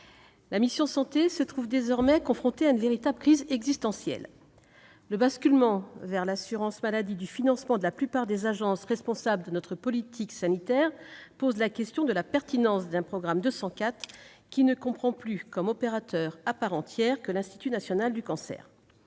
la mission « Santé » se trouve désormais confrontée à une véritable crise existentielle. Le basculement vers l'assurance maladie du financement de la plupart des agences responsables de notre politique sanitaire pose la question de la pertinence d'un programme 204 qui ne comprend plus, comme opérateur à part entière, que l'Institut national du cancer